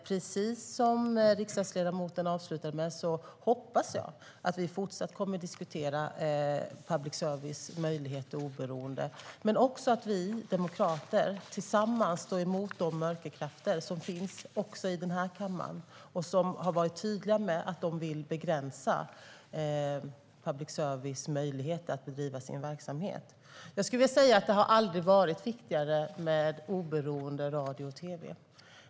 Precis som riksdagsledamoten avslutade med hoppas jag att vi fortsatt kommer att diskutera public services möjligheter och oberoende och att vi demokrater tillsammans står emot de mörka krafter som finns också i den här kammaren och som har varit tydliga med att de vill begränsa public services möjligheter att bedriva sin verksamhet. Jag skulle vilja säga att det aldrig har varit viktigare med oberoende radio och tv.